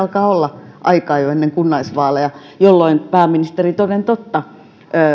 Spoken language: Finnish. alkaa olla jo aikaa se oli ennen kunnallisvaaleja jolloin pääministeri toden totta